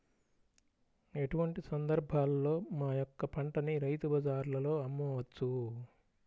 ఎటువంటి సందర్బాలలో మా యొక్క పంటని రైతు బజార్లలో అమ్మవచ్చు?